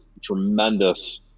tremendous